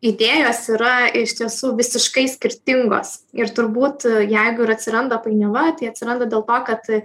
idėjos yra iš tiesų visiškai skirtingos ir turbūt jeigu ir atsiranda painiava tai atsiranda dėl to kad